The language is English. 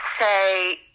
say